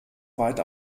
weit